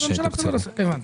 בסדר.